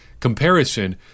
Comparison